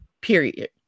Period